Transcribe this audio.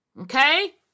Okay